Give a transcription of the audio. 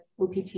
OPT